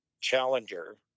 Challenger